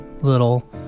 little